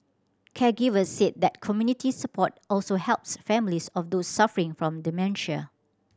caregivers said that community support also helps families of those suffering from dementia